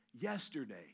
yesterday